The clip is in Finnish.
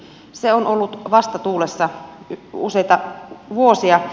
se on ollut vastatuulessa useita vuosia